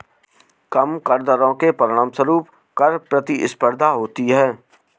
कम कर दरों के परिणामस्वरूप कर प्रतिस्पर्धा होती है